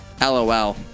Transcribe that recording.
LOL